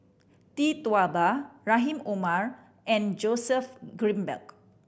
Tee Tua Ba Rahim Omar and Joseph Grimberg